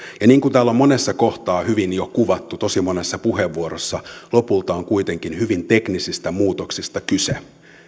niin kuin täällä on monessa kohtaa hyvin jo kuvattu tosi monessa puheenvuorossa lopulta on kuitenkin hyvin teknisistä muutoksista kyse